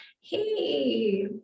hey